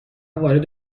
وارد